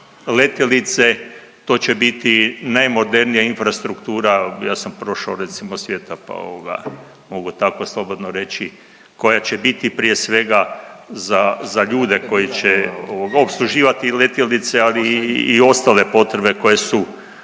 letjelice to će biti najmodernija infrastruktura, ja sam prošao recimo svijeta pa ovoga mogu tako slobodno reći, koja će biti prije svega za, za ljude koji će opsluživati letjelice ali i ostale potrebe koje su